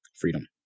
Freedom